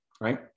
Right